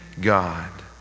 god